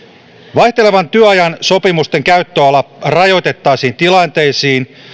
vaihtelevan työajan sopimusten käyttöala rajoitettaisiin tilanteisiin